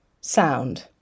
sound